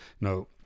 no